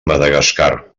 madagascar